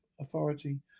authority